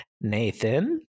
Nathan